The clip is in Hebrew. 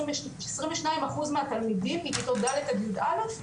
22 אחוז מהתלמידים מכיתות ד' עד יא',